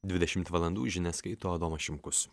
dvidešimt valandų žinias skaito adomas šimkus